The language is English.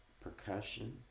percussion